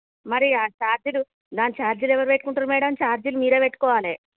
మరి చార్జీలు దాన్ని చార్జీలు ఎవరు పెట్టుకుంటరు మ్యాడం చార్జీలు మీరే పెట్టుకోవాలి